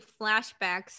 flashbacks